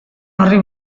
horri